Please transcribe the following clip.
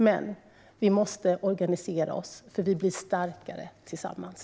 Men vi måste organisera oss, för vi blir starkare tillsammans.